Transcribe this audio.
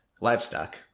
livestock